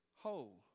whole